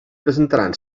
presentaran